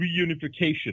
reunification